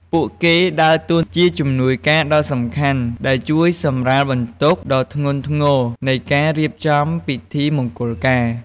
ពួកគេដើរតួជាជំនួយការដ៏សំខាន់ ដែលជួយសម្រាលបន្ទុកដ៏ធ្ងន់ធ្ងរនៃការរៀបចំពិធីមង្គលការ។